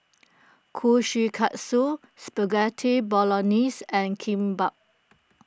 Kushikatsu Spaghetti Bolognese and Kimbap